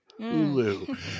Hulu